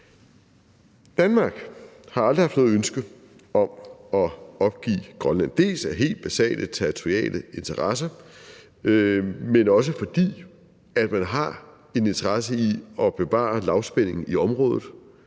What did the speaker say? Danmark har aldrig haft noget ønske om at opgive Grønland, dels af helt basale territoriale interesser, dels fordi man har en interesse i at bevare lavspænding i området,